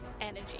energy